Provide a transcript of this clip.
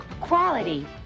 Quality